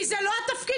אחרי